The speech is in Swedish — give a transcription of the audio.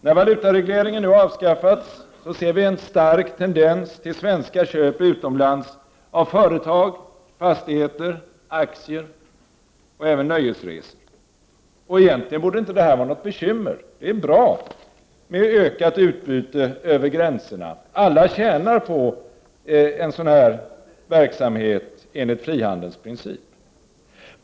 När valutaregleringen nu avskaffats, ser vi en stark tendens till svenska köp utomlands av företag, fastigheter, aktier och även nöjesresor. Egentligen borde detta inte vara något bekymmer — det är bra med ökat utbyte över gränserna. Alla tjänar på en sådan verksamhet enligt frihandelns princip.